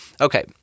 Okay